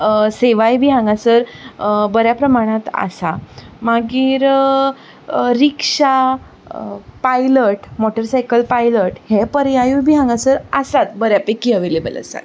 सेवाय बी हांगासर बऱ्या प्रमाणांत आसा मागीर रिक्षा पायलट मोटरसायकल पायलट हे पर्यायूय बी हांगासर आसात बऱ्या पैकी अवेलेबल आसात